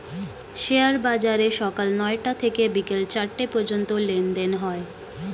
share বাজারে সকাল নয়টা থেকে বিকেল চারটে পর্যন্ত লেনদেন হয়